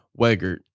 Wegert